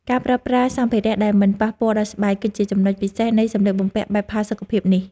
ការប្រើប្រាស់សម្ភារៈដែលមិនប៉ះពាល់ដល់ស្បែក គឺជាចំណុចពិសេសនៃសម្លៀកបំពាក់បែបផាសុកភាពនេះ។